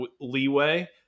leeway